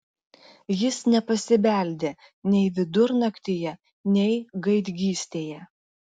jis nepasibeldė nei vidurnaktyje nei gaidgystėje